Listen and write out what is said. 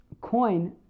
coin